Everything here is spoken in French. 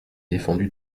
défendu